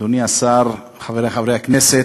אדוני השר, חברי חברי הכנסת,